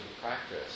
practice